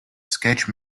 sketch